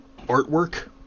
artwork